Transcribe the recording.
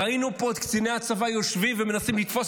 ראינו פה את קציני הצבא יושבים ומנסים לתפוס